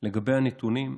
לגבי הנתונים,